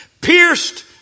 pierced